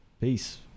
peace